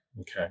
Okay